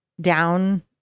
down